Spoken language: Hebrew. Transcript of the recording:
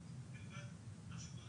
כדי לוודא שאין לו,